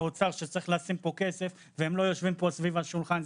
האוצר שצריך לשים פה כסף והם לא יושבים פה סביב השולחן,